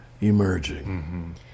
emerging